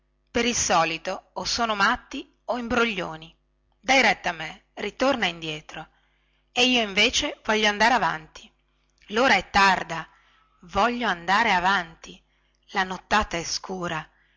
per il solito o sono matti o imbroglioni dai retta a me ritorna indietro e io invece voglio andare avanti lora è tarda voglio andare avanti la nottata è scura